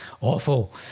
awful